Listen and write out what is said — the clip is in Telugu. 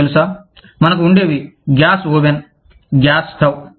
మీకు తెలుసా మనకు ఉండేవి గ్యాస్ ఓవెన్ గ్యాస్ స్టవ్